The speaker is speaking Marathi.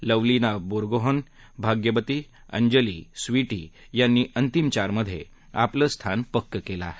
लवलीना बोरगोहन भाग्यबती अंजली स्वीीी यांनी अंतिम चारमधे आपलं स्थान पक्कं केलं आहे